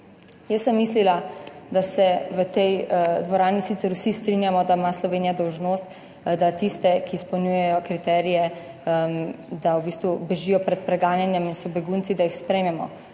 Jaz sem mislila, da se v tej dvorani sicer vsi strinjamo, da ima Slovenija dolžnost, da tiste, ki izpolnjujejo kriterije, da v bistvu bežijo pred preganjanjem in so begunci, da jih sprejmemo,